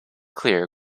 clear